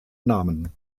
namen